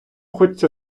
хочеться